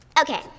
Okay